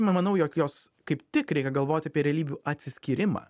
nemanau jog jos kaip tik reikia galvoti apie realybių atsiskyrimą